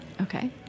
okay